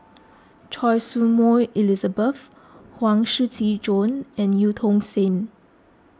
Choy Su Moi Elizabeth Huang Shiqi Joan and Eu Tong Sen